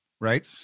right